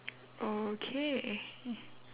okay